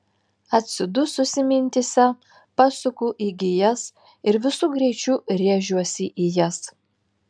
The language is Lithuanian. atsidususi mintyse pasuku į gijas ir visu greičiu rėžiuosi į jas